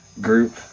group